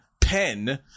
pen